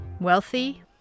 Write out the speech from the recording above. Wealthy